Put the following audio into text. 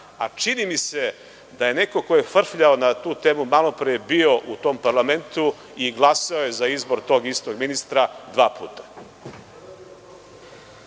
a čini mi se da je neko ko je frfljao na tu temu, malopre je bio utom parlamentu i glasao je za izbor tog istog ministra dva puta.